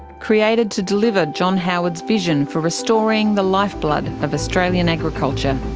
created to deliver john howard's vision for restoring the lifeblood of australian agriculture.